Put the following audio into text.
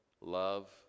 love